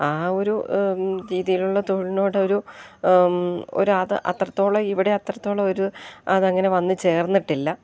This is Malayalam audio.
ആ ഒരു രീതിയിലുള്ള തൊഴിലിനോടൊരു ഒരത് അത്രത്തോളം ഇവിടെ അത്രത്തോളം ഒരു അതങ്ങനെ വന്നു ചേർന്നിട്ടില്ല